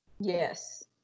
Yes